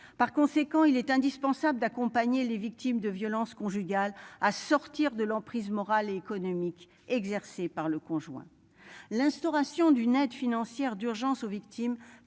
Par conséquent, il est indispensable d'accompagner les victimes de violences conjugales à sortir de l'emprise morale économiques exercées par le conjoint l'instauration d'une aide financière d'urgence aux victimes